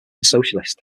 socialist